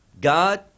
god